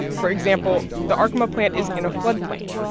for example, the arkema plant is in a floodplain.